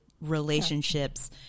relationships